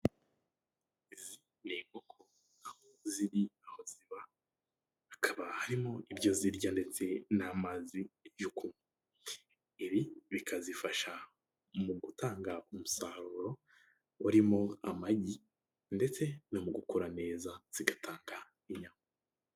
Izi ni inkoko ziri aho ziba hakaba harimo ibyo zirya ndetse n'amazi yo kunywa, ibi bikazifasha mu gutanga umusaruro urimo amagi ndetse no mu gukura neza zigatanga inyama.